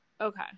okay